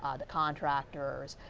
ah the contractors,